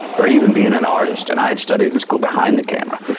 or even being an artist, and i had studied in school behind the camera,